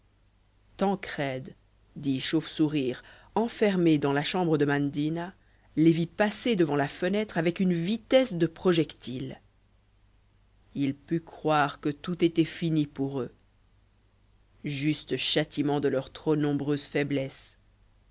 tancrède dit chauve sourire enfermé dans la chambre de mandina les vit passer devant la fenêtre avec une vitesse de projectiles il put croire que tout était fini pour eux juste châtiment de leurs trop nombreuses faiblesses